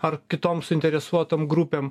ar kitom suinteresuotom grupėm